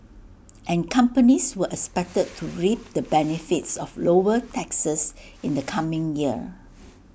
and companies were expected to reap the benefits of lower taxes in the coming year